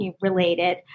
related